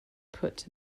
put